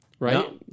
Right